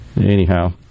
Anyhow